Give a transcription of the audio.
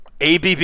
ABB